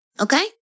okay